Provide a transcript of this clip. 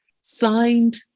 signed